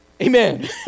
Amen